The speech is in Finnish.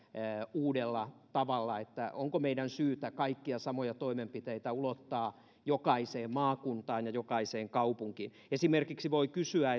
uudella tavalla että onko meidän syytä kaikkia samoja toimenpiteitä ulottaa jokaiseen maakuntaan ja jokaiseen kaupunkiin esimerkiksi voi kysyä